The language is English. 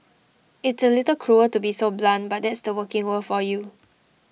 it's a little cruel to be so blunt but that's the working world for you